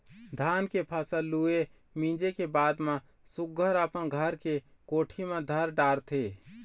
धान के फसल लूए, मिंजे के बाद म सुग्घर अपन घर के कोठी म धर डारथे